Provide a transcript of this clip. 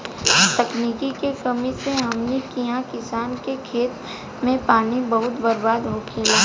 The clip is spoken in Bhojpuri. तकनीक के कमी से हमनी किहा किसान के खेत मे पानी बहुत बर्बाद होखेला